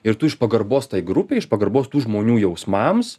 ir tu iš pagarbos tai grupei iš pagarbos tų žmonių jausmams